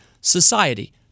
society